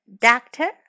doctor